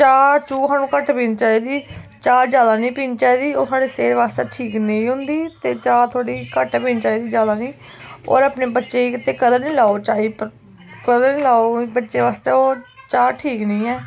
चाह् चू सानू घट्ट पीनी चाहिदी चाह् ज्यादा नी पीनी चाहिदी ओह् साढ़ी सेह्त बास्तै ठीक नेईं होंदी ते चाह् थोह्ड़ी घट्ट गै पीनी चाहिदी ज्यादा नेईं होर अपने बच्चें गी कदें नी लाओ चाही उप्पर कदें नी लाओ ओह् चाह् बच्चें बास्तै ठीक नी ऐ